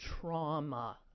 trauma